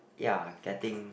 ya getting